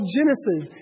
Genesis